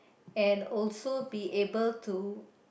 and also be able to